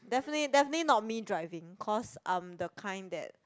definitely definitely not me driving cause I'm the kind that